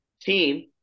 Team